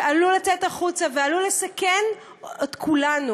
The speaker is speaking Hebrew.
שעלול לצאת החוצה ועלול לסכן את כולנו.